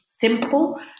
simple